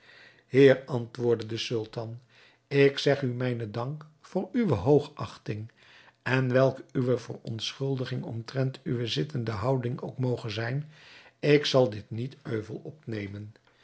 heer antwoordde de sultan ik zeg u mijnen dank voor uwe hoogachting en welke uwe verontschuldiging omtrent uwe zittende houding ook moge zijn ik zal dit niet euvel opnemen